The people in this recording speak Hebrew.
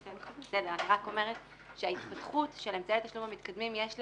אני רק אומרת שההתפתחות של אמצעי התשלום המתקדמים,